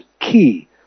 key